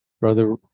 Brother